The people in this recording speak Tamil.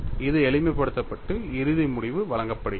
இது எளிமைப்படுத்தப்பட்டு இறுதி முடிவு வழங்கப்படுகிறது